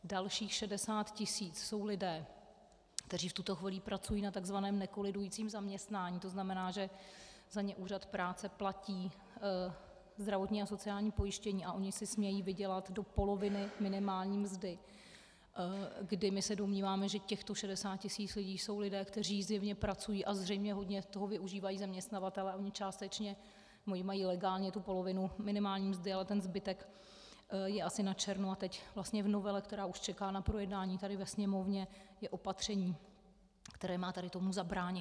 Dalších 60 tisíc jsou lidé, kteří v tuto chvíli pracují na tzv. nekolidujícím zaměstnání, to znamená, že za ně úřad práce platí zdravotní a sociální pojištění a oni si smějí vydělat do poloviny minimální mzdy, kdy my se domníváme, že těchto 60 tisíc lidí jsou lidé, kteří zjevně pracují, a zřejmě hodně toho využívají zaměstnavatelé, oni částečně mají legálně tu polovinu minimální mzdy, ale ten zbytek je asi načerno, a teď vlastně v novele, která už čeká na projednání tady ve Sněmovně, je opatření, které má tady tomu zabránit.